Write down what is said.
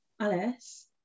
Alice